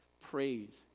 Praise